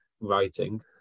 writing